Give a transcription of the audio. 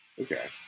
Okay